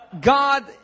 God